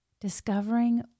discovering